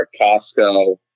Costco